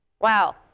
Wow